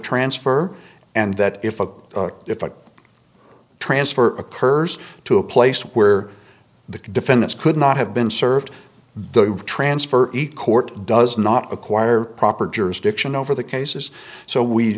transfer and that if a if a transfer occurs to a place where the defendants could not have been served the transfer eat court does not require proper jurisdiction over the cases so we